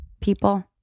People